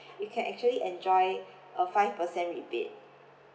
you can actually enjoy a five percent rebate